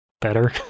better